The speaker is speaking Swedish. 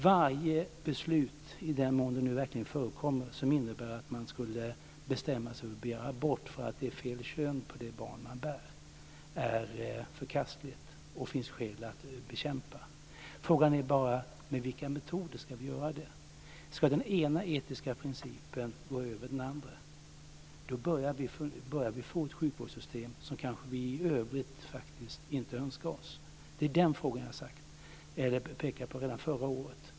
Varje beslut, i den mån det nu verkligen förekommer, som innebär att man skulle bestämma sig för att göra abort för att det är fel kön på det barn man bär är förkastligt. Det finns det skäl att bekämpa. Frågan är bara med vilka metoder vi ska göra det. Ska den ena etiska principen stå över den andra? Då börjar vi få ett sjukvårdssystem som vi kanske i övrigt faktiskt inte önskar oss. Det är den frågan jag har pekat på redan förra året.